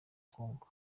congo